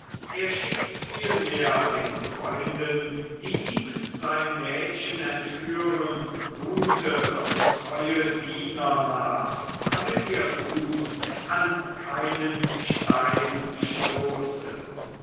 er schickt vielmehr den freunden die ihm sein mädchen entführen gute und treue diener nach damit ihr fuß an keinen stein stoße